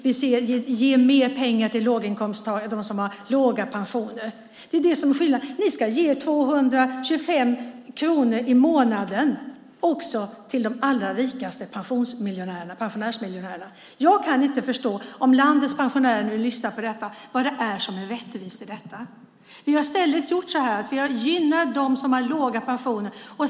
Vi ger mer pengar till dem som har låga pensioner. Det är det som är skillnaden. Ni ska ge 225 kronor i månaden också till de allra rikaste pensionärsmiljonärerna. Om landets pensionärer lyssnar på detta vill jag säga till dem att jag inte kan förstå vad det är som är rättvist i detta. Vi har i stället gynnat dem som har låga pensioner.